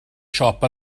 siop